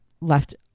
left